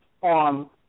on